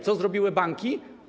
Co zrobiły banki?